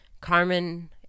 Carmen